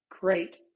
great